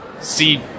see